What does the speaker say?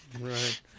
Right